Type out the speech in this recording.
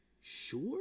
sure